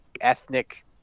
ethnic